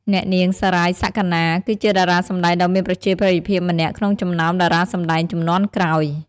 អ្នកនាង សារាយ សក្ខណា គឺជាតារាសម្តែងដ៏មានប្រជាប្រិយភាពម្នាក់ក្នុងចំណោមតារាសម្តែងជំនាន់ក្រោយ។